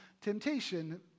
temptation